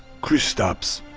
kristaps,